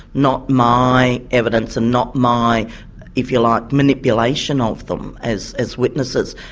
not my evidence and not my if you like, manipulation of them as as witnesses.